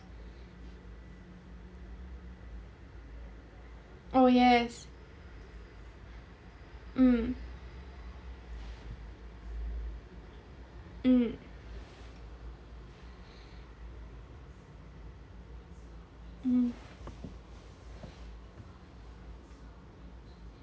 oh yes mm mm mm